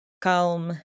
calm